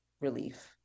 relief